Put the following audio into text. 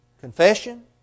confession